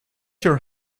your